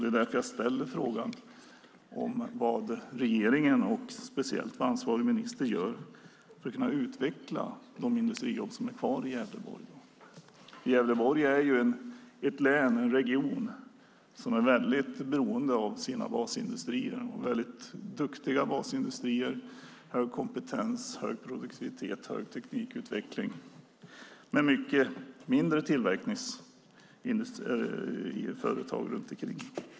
Det är därför jag undrar vad regeringen och speciellt ansvarig minister gör för att utveckla de industrijobb som är kvar i Gävleborg. Gävleborg är ett län och en region som är mycket beroende av sina basindustrier. Det är väldigt duktiga basindustrier med hög kompetens, hög produktivitet och hög teknikutveckling med många mindre tillverkningsföretag runt omkring.